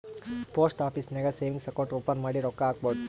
post office ನಾಗ್ savings account open ಮಾಡಿ ರೊಕ್ಕಾ ಹಾಕ್ಬೋದ್